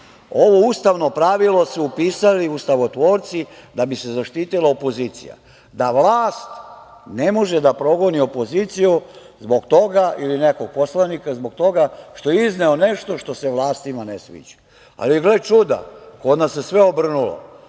Ovo ustavno pravilo su upisali ustavotvorci da bi se zaštitila opozicija, da vlast ne može da progoni opoziciju ili nekog poslanika zbog toga što je izneo nešto što se vlastima ne sviđa. Ali, gle čuda, kod nas se sve obrnulo,